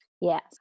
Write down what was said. Yes